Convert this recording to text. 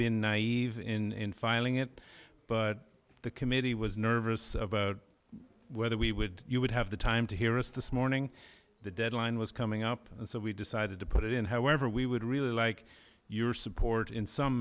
been naive in filing it but the committee was nervous about whether we would you would have the time to hear us this morning the deadline was coming up and so we decided to put it in however we would really like your support in some